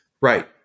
Right